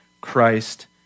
Christ